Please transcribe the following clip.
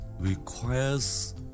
requires